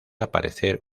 aparecer